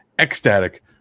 ecstatic